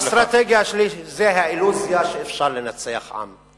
האסטרטגיה השלישית זה האילוזיה שאפשר לנצח עם,